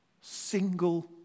single